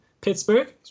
Pittsburgh